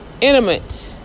Intimate